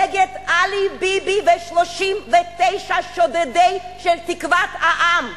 נגד עלי ביבי ו-39 שודדי תקוות העם.